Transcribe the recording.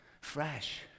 fresh